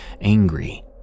angry